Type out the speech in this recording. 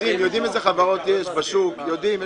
יודעים איזה חברות יש בשוק, יודעים.